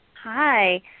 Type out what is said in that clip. Hi